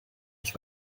ich